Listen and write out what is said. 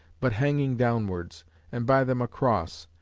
but hanging downwards and by them a cross.